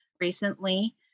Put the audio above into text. recently